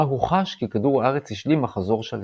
בה הוא חש כי כדור הארץ השלים מחזור שלם.